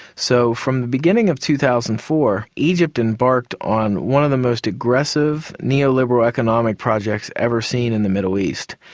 so from the beginning of two thousand and four, egypt embarked on one of the most aggressive neo-liberal economic projects ever seen in the middle east.